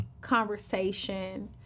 conversation